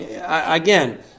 again